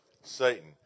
Satan